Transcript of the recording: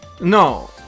No